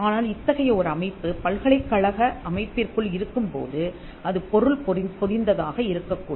ஆனால் இத்தகைய ஒரு அமைப்பு பல்கலைக்கழக அமைப்பிற்குள் இருக்கும்போது அது பொருள் பொதிந்ததாக இருக்கக்கூடும்